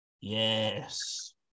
Yes